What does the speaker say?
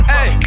Hey